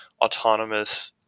autonomous